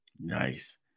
Nice